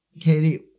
katie